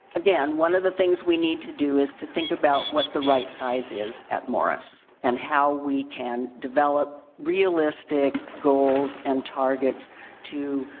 again, one of the things we need to do is to think about what the right size is at morris and how we can develop realistic goals and targets to